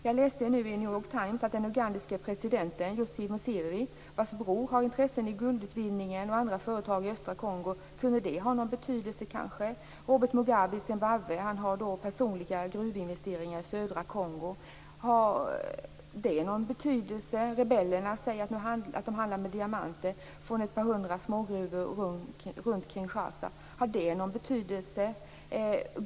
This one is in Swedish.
Jag läste i New York Times att den ugandiske presidentens Yoweri Musevenis bror har intressen i guldutvinning och andra företag i östra Kongo. Kunde det kanske ha någon betydelse? Zimbabwes Robert Mugabe har personliga gruvinvesteringar i södra Kongo. Har det någon betydelse? Rebellerna säger att de handlar med diamanter från ett par hundra smågruvor runt Kinshasa. Har det någon betydelse?